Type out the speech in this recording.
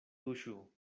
tuŝu